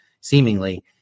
seemingly